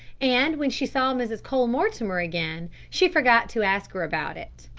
and when she saw mrs. cole-mortimer again she forgot to ask her about it.